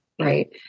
right